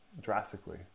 drastically